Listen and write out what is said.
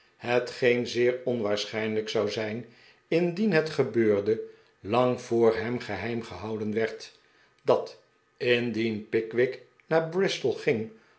hetgeen zeer onwaarschijnlijk zou zijn indien het gebeurde lang voor hem geheim gehouden werd dat indien pickwick naar bristol ging